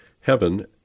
heaven